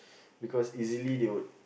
because easily they would